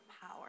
power